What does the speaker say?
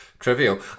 Trivial